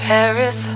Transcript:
Paris